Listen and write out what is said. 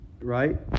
right